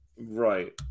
Right